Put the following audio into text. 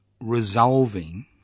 resolving